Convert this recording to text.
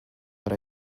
but